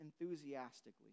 enthusiastically